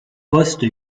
poste